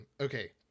Okay